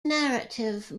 narrative